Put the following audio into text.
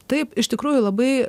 taip iš tikrųjų labai